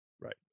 Right